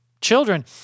children